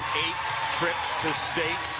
trips to state